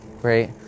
great